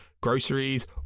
groceries